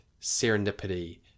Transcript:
serendipity